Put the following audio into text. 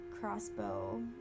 crossbow